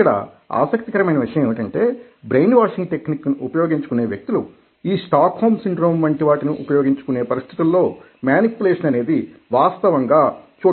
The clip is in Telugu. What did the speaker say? ఇక్కడ ఆసక్తికరమైన విషయం ఏమిటంటే బ్రెయిన్ వాషింగ్ టెక్నిక్ ని ఉపయోగించుకునే వ్యక్తులు ఈ స్టాక్ హోమ్ సిండ్రోమ్ వంటి వాటిని ఉపయోగించుకునే పరిస్థితులలో మేనిప్యులేషన్ అనేది వాస్తవంగా చోటు చేసుకుంటుంది